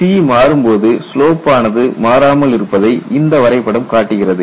C மாறும் போது slope ஆனது மாறாமல் இருப்பதை இந்த வரைபடம் காட்டுகிறது